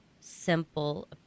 simple